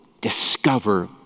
discover